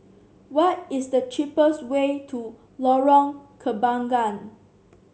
what is the cheapest way to Lorong Kembangan